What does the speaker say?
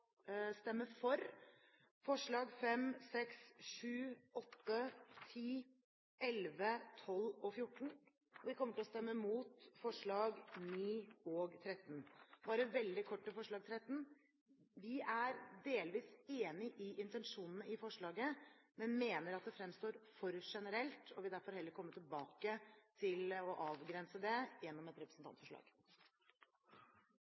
for forslagene nr. 5, 6, 7, 8, 10, 11, 12 og 14, og vi kommer til å stemme mot forslagene nr. 9 og 13. Bare veldig kort til forslag nr. 13: Vi er delvis enig i intensjonen i forslaget, men mener at det fremstår for generelt og vil derfor heller komme tilbake til å avgrense det gjennom et